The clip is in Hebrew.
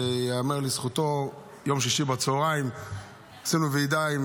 ייאמר לזכותו שביום שישי בצוהריים עשינו שיחת ועידה עם